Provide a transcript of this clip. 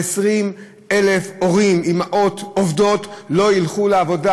120,000 הורים, אימהות עובדות, לא ילכו לעבודה,